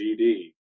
GD